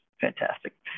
fantastic